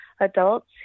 adults